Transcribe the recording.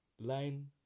line